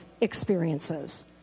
experiences